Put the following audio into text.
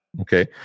okay